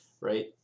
right